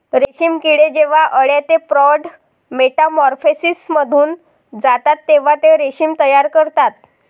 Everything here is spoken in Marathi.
रेशीम किडे जेव्हा अळ्या ते प्रौढ मेटामॉर्फोसिसमधून जातात तेव्हा ते रेशीम तयार करतात